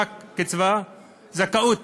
זכאות